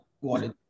wanted